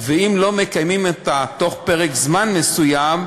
ואם לא מקיימים אותה בתוך פרק זמן מסוים,